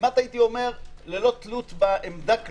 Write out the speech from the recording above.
כמעט ללא תלות בעמדה כלפיה,